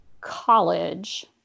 college